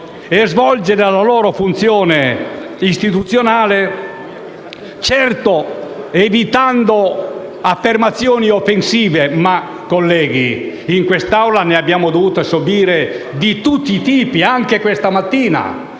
e svolgere la loro funzione istituzionale, certamente evitando affermazioni offensive. Ma, colleghi, in quest'Aula ne abbiamo dovute subire di tutti i tipi, anche questa mattina.